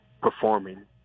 performing